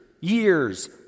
years